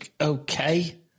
okay